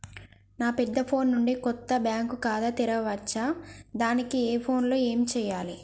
నా పెద్ద ఫోన్ నుండి కొత్త బ్యాంక్ ఖాతా తెరవచ్చా? దానికి నా ఫోన్ లో ఏం చేయాలి?